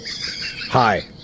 Hi